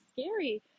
scary